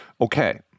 Okay